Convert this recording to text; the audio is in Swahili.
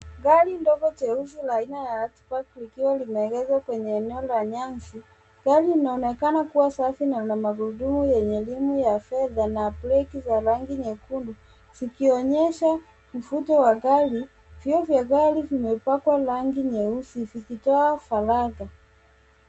Gari ndogo jeupe la aina ya, outback, likiwa limeegeshwa kwenye eneo la nyasi. Gari inaonekana kuwa safi na ina magurudumu yenye rimu ya fedha na breki za rangi nyekundu, ikionyesha mvuto wa gari. Vioo vya gari vimepakwa rangi nyeusi zikitoa faraja.